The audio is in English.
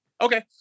okay